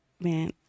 man